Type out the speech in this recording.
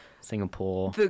singapore